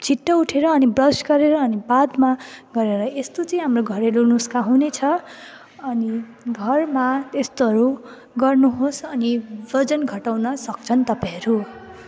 छिट्टै उठेर अनि ब्रस गरेर अनि बादमा यस्तो चाहिँ हाम्रो घरेलु नुस्खा हुनेछ अनि भएमा यस्तोहरू गर्नुहोस् अनि ओजन घटाउन सक्छन् तपाईँहरू